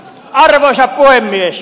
arvoisa puhemies